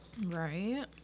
Right